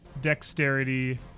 dexterity